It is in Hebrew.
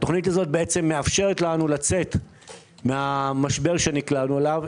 התוכנית הזאת בעצם מאפשרת לנו לצאת מן המשבר שנקלענו אליו.